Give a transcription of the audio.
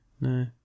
No